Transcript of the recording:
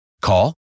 Call